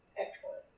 excellent